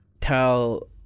tell